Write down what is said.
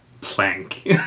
Plank